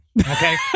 Okay